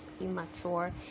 immature